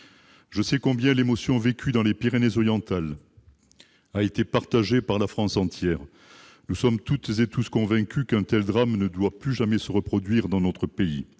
Je sais combien l'émotion vécue dans les Pyrénées-Orientales a été partagée par la France entière. Nous sommes toutes et tous convaincus qu'un tel drame ne doit plus jamais se reproduire dans notre pays.